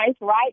right